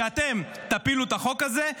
שאתם תפילו את החוק הזה,